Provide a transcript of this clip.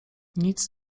nic